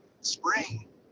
spring